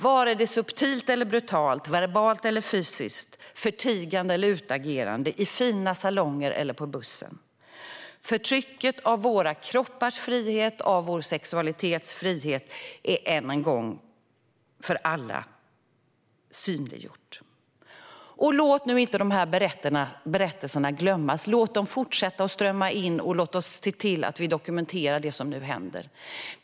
Vare det subtilt eller brutalt, verbalt eller fysiskt, förtigande eller utagerande, i fina salonger eller på bussen - förtrycket av våra kroppars frihet, av vår sexualitets frihet är än en gång för alla synliggjort. Låt nu inte dessa berättelser glömmas! Låt dem fortsätta att strömma in, och låt oss se till att vi dokumenterar det som nu händer!